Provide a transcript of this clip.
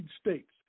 states